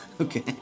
Okay